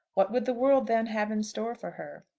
what would the world then have in store for her?